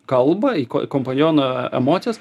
kalbą į ko kompaniono emocijas